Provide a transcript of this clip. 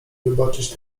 wybaczyć